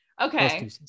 Okay